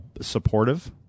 supportive